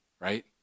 right